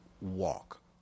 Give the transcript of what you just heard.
walk